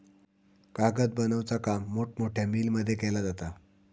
कागद बनवुचा काम मोठमोठ्या मिलमध्ये केला जाता